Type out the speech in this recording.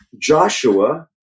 Joshua